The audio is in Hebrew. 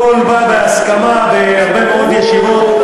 הכול בא בהסכמה בהרבה מאוד ישיבות, ברור.